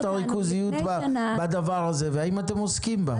הריכוזיות בדבר הזה והאם אתם עוסקים בה?